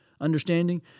understanding